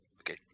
Okay